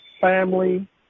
family